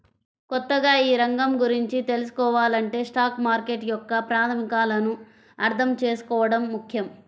కొత్తగా ఈ రంగం గురించి తెల్సుకోవాలంటే స్టాక్ మార్కెట్ యొక్క ప్రాథమికాలను అర్థం చేసుకోవడం ముఖ్యం